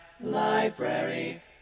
Library